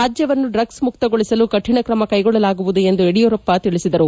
ರಾಜ್ಯವನ್ನು ಡ್ರಗ್ಸ್ ಮುಕ್ತಗೊಳಿಸಲು ಕಠಿಣ ಕ್ರಮ ಕೈಗೊಳ್ಳಲಾಗುವುದು ಎಂದು ಯಡಿಯೂರಪ್ಪ ತಿಳಿಸಿದರು